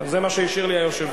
זה מה שהשאיר לי היושב-ראש.